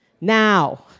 Now